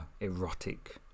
erotic